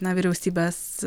na vyriausybės